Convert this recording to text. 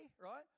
right